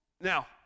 Now